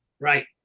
right